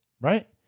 Right